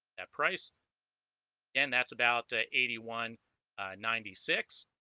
at price and that's about eighty one ninety six